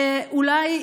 אולי,